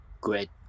great